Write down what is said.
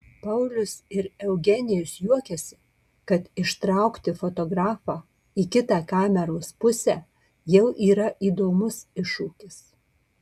paulius ir eugenijus juokiasi kad ištraukti fotografą į kitą kameros pusę jau yra įdomus iššūkis